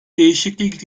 değişiklik